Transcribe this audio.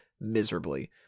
miserably